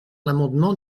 l’amendement